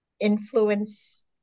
influence